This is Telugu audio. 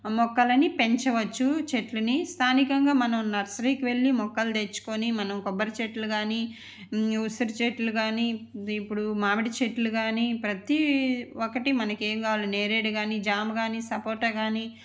మొక్కలని పెంచవచ్చు చెట్లని స్థానికంగా మనం నర్సరీకి వెళ్ళి మొక్కలు తెచ్చుకుని మనం కొబ్బరి చెట్లు కాని ఉసిరి చెట్లు కాని ఇప్పుడు మామిడి చెట్లు కాని ప్రతి ఒక్కటి మనకి ఏం కావాలి నేరేడు కాని జామ కాని సపోటా కాని